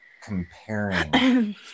Comparing